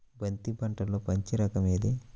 బంతి పంటలో మంచి రకం ఏది?